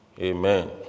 Amen